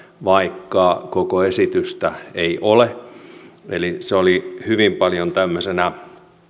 vaikka koko esitystä ei ole se oli hyvin paljon tämmöisenä